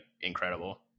incredible